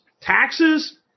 Taxes